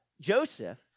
Joseph